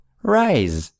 rise